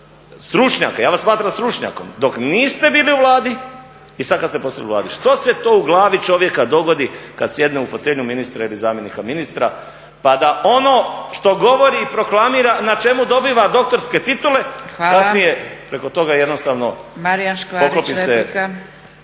stručnjaka, ja vas smatram stručnjakom dok niste bili u Vladi i sada kada se postavljeni u Vladi. Što se to u glavi čovjeka dogodi kada sjedne u fotelju ministra ili zamjenika ministra pa da ono što govori i proklamira, na čemu dobiva doktorske titule kasnije preko toga jednostavno poklopi se.